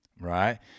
right